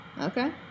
Okay